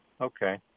Okay